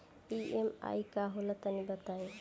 EMI का होला तनि बताई?